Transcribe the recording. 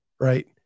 Right